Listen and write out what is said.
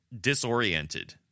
disoriented